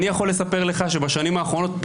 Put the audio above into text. אני יכול לספר לך שבשנים האחרונות,